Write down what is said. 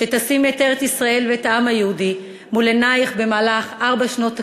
שתשימי את ארץ-ישראל ואת העם היהודי מול עינייך במהלך ארבע שנות הכהונה,